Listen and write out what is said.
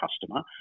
customer